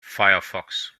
firefox